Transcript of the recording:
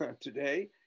today